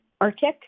Arctic